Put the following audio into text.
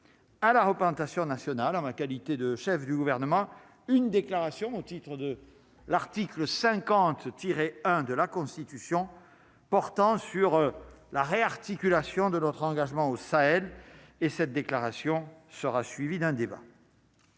à la représentation nationale, en ma qualité de chef du gouvernement, une déclaration au titre de l'article 50 tirer 1 de la Constitution, portant sur la réarticulation de notre engagement au Sahel et cette déclaration sera suivie d'un débat.